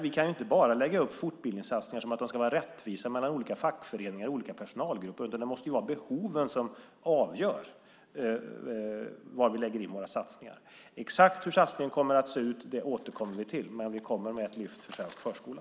Vi kan inte bara lägga upp fortbildningssatsningar som ska vara rättvisa mellan olika fackföreningar och olika personalgrupper, utan det måste vara behoven som avgör var vi gör våra satsningar. Exakt hur denna satsning kommer att se ut återkommer vi till, men vi kommer med ett lyft för svensk förskola.